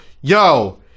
Yo